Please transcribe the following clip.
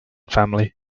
family